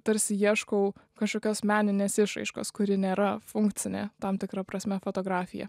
tarsi ieškau kažkokios meninės išraiškos kuri nėra funkcinė tam tikra prasme fotografija